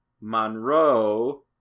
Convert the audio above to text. Monroe